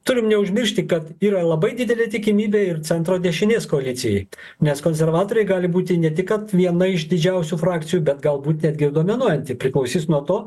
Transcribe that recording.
turim neužmiršti kad yra labai didelė tikimybė ir centro dešinės koalicijai nes konservatoriai gali būti ne tik kad viena iš didžiausių frakcijų bet galbūt netgi dominuojanti priklausys nuo to